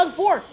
four